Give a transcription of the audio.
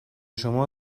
شما